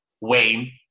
wayne